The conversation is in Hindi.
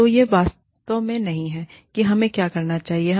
तो यह वास्तव में नहीं है कि हमें क्या करना चाहिए